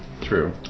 True